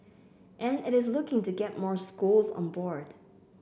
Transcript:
and it is looking to get more schools on board